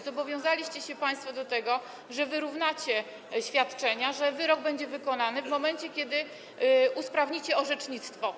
Zobowiązaliście się państwo do tego, że wyrównacie świadczenia, że wyrok będzie wykonany w momencie, kiedy usprawnicie orzecznictwo.